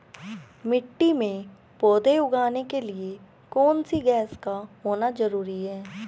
मिट्टी में पौधे उगाने के लिए कौन सी गैस का होना जरूरी है?